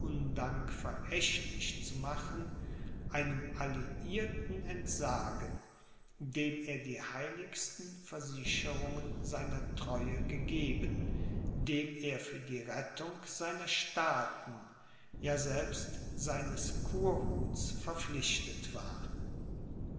undank verächtlich zu machen einem alliierten entsagen dem er die heiligsten versicherungen seiner treue gegeben dem er für die rettung seiner staaten ja selbst seines kurhuts verpflichtet war